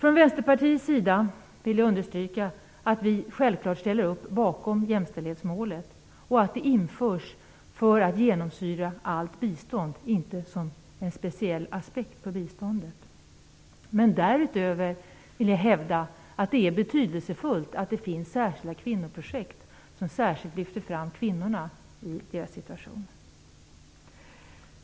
Jag vill understryka att vi från Vänsterpartiets sida självklart ställer upp bakom jämställdhetsmålet och på att det införs för att genomsyra allt bistånd i stället för att bara vara en speciell aspekt av det. Men därutöver vill jag hävda att det är betydelsefullt att det finns särskilda kvinnoprojekt som särskilt lyfter fram kvinnorna och deras situation.